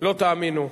לא תאמינו,